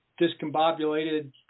discombobulated